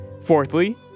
Fourthly